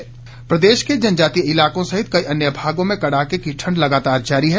मौसम प्रदेश के जनजातीय इलाकों सहित कई अन्य भागों में कड़ाके के ठंड लगातार जारी है